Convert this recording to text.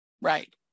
Right